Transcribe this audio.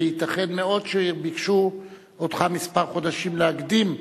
וייתכן מאוד שביקשו ממך כמה חודשים להקדים את,